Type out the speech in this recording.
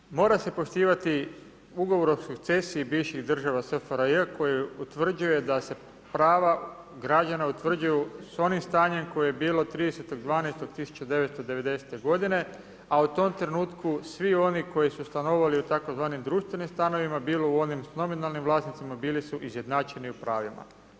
Dakle mora se poštivati ugovor o sukcesiji bivših država SFRJ koji utvrđuje da se prava građana utvrđuju s onim stanjem koje bilo 30.12.1990. g., a u tom trenutku svi oni koji su stanovali u tzv. društvenim stanovima, bilo u onim s nominalnim vlasnicima, bili su izjednačeni u pravima.